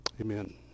Amen